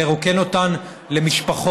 לרוקן אותן למשפחות.